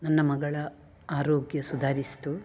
ನನ್ನ ಮಗಳ ಆರೋಗ್ಯ ಸುಧಾರಿಸ್ತು